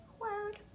Word